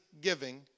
giving